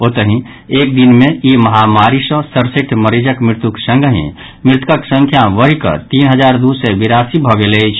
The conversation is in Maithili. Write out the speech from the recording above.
ओतहि एक दिन मे ई महामरी सँ सड़सठि मरीजक मृत्युक संगहि मृतकक संख्या बढ़ि कऽ तीन हजार दू सय बिरासी भऽ गेल अछि